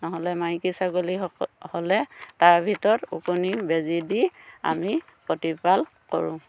নহ'লে মাইকী ছাগলী হক হ'লে তাৰ ভিতৰত ওকণি বেজি দি আমি প্ৰতিপাল কৰোঁ